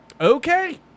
Okay